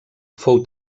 fou